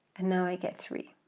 and now i get three,